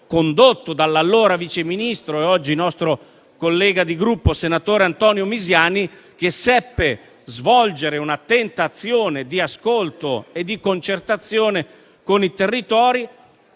condotto dall'allora vice ministro e oggi nostro collega di Gruppo, senatore Antonio Misiani, che seppe svolgere un'attenta azione di ascolto e di concertazione con i territori,